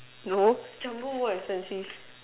no Jumbo more expensive